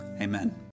Amen